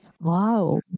Wow